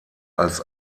als